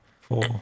Four